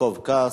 יעקב כץ,